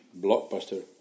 blockbuster